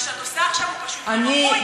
מה שאת עושה עכשיו הוא פשוט לא ראוי.